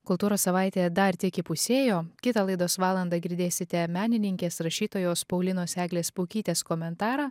kultūros savaitė dar tik įpusėjo kitą laidos valandą girdėsite menininkės rašytojos paulinos eglės pukytės komentarą